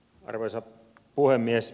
arvoisa puhemies